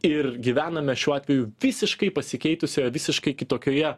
ir gyvename šiuo atveju visiškai pasikeitusi visiškai kitokioje